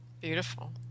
Beautiful